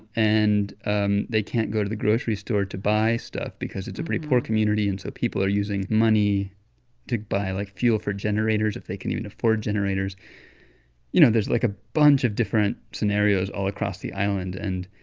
and um they can't go to the grocery store to buy stuff because it's a pretty poor community. and so people are using money to buy, like, fuel for generators if they can even afford generators you know, there's like a bunch of different scenarios all across the island. and,